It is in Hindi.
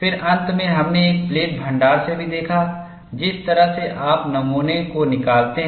फिर अंत में हमने एक प्लेट भण्डार से भी देखा जिस तरह से आप नमूनों को निकालते हैं